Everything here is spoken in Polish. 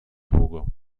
długo